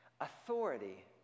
Authority